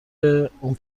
اون